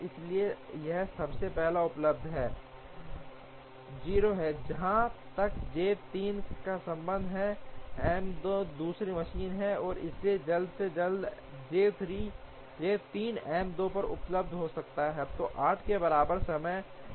इसलिए यह सबसे पहले उपलब्ध है 0 है जहाँ तक J 3 का संबंध है M 2 दूसरी मशीन है और इसलिए जल्द से जल्द J 3 M 2 पर उपलब्ध हो सकता है जो 8 के बराबर समय पर है